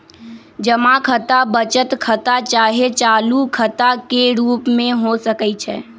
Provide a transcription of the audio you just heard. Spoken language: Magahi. जमा खता बचत खता चाहे चालू खता के रूप में हो सकइ छै